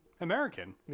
American